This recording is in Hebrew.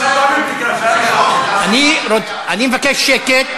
אני מבקש שקט.